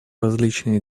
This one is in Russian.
различные